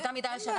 באותה מידה.